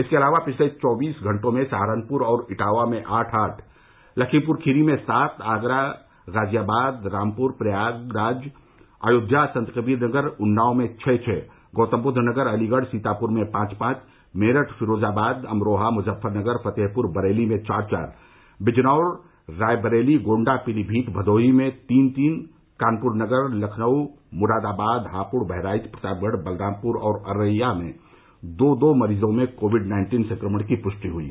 इसके अलावा पिछले चौबीस घंटों में सहारनपुर और इटावा में आठ आठ लखीमपुरखीरी में सात आगरा गाजियाबाद रामपूर प्रयागराज अयोध्या संतकबीरनगर उन्नाव में छः छः गौतमबृद्ध नगर अलीगढ़ सीतापूर में पांच पांच मेरठ फिरोजाबाद अमरोहा मुजफ्फरनगर फतेहपुर बरेली में चार चार बिजनौर रायबरेली गोण्डा पीलीभीत भदोही में तीन तीन कानपुरनगर लखनऊ मुरादाबाद हापुड़ बहराइच प्रतापगढ़ बलरामपुर और औरैया में दो दो मरीजों में कोविड नाइन्टीन संक्रमण की पुष्टि हुयी